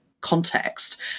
context